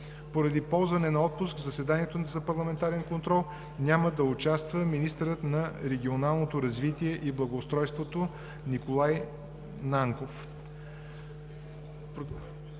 Поради ползване на отпуск в заседанието за парламентарен контрол няма да участва министърът на регионалното развитие и благоустройството Николай Нанков. Уважаеми